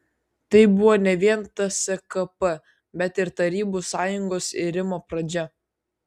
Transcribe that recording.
tai buvo ne vien tskp bet ir tarybų sąjungos irimo pradžia